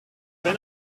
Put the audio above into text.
wenn